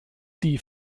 die